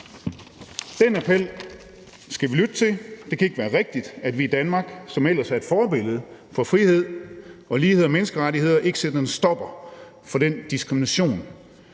Den appel skal vi lytte til. Det kan ikke være rigtigt, at vi i Danmark, som ellers er et forbillede på frihed og lighed og menneskerettigheder, ikke sætter en stopper for den diskrimination,